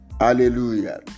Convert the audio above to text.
Hallelujah